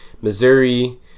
Missouri